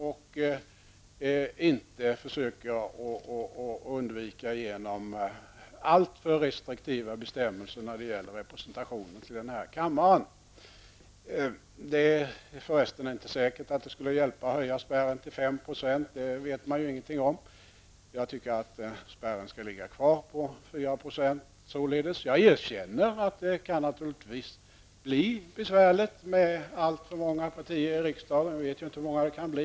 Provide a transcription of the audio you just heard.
Man bör inte ta till alltför restriktiva bestämmelser när det gäller representationen i denna kammare. Det är förresten inte säkert att det skulle hjälpa att höja spärren till 5 %. Det vet man ingenting om. Jag tycker att spärren skall finnas kvar på 4 %. Jag erkänner att det naturligtvis kan bli besvärligt med alltför många partier i riksdagen. Vi vet ju inte hur många det kan bli.